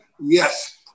yes